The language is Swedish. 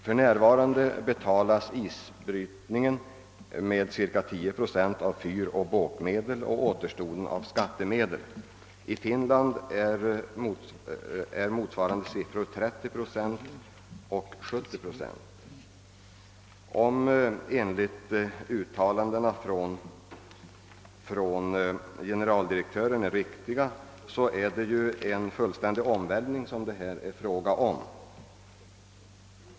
För närvarande betalas isbrytningen med cirka 10 procent av fyroch båkmedel och återstoden av skattemedel. I Finland är motsvarande siffror 30 procent och 70 procent. Om uttalandena från generaldirektören är riktiga, är det ju här fråga om en fullständig omvälvning.